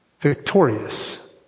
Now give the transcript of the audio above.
Victorious